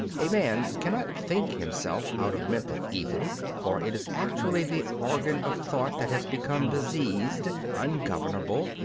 a man cannot think himself out of mental evil for it is actually the organ of thought that has become diseased, ungovernable,